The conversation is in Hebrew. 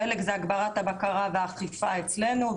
חלק זה הגברת הבקרה והאכיפה אצלנו.